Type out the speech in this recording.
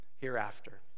hereafter